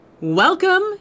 Welcome